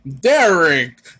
Derek